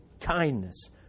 kindness